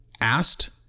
Asked